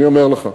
אני אומר לך.